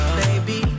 baby